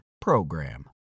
PROGRAM